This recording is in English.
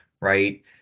Right